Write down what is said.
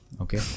okay